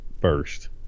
first